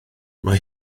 mae